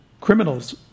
criminals